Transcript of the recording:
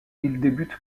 débute